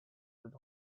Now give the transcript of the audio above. with